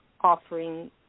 offering